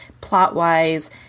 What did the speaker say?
plot-wise